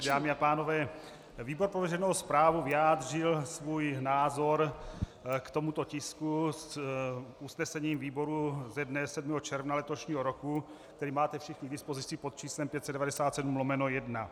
Dámy a pánové, výbor pro veřejnou správu vyjádřil svůj názor k tomuto tisku usnesením výboru ze dne 7. června letošního roku, který máte všichni k dispozici pod číslem 597/1.